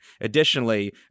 Additionally